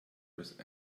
with